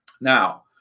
now